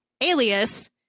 alias